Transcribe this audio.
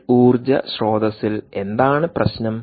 ഈ ഊർജ്ജ സ്രോതസ്സിൽ എന്താണ് പ്രശ്നം